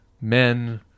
men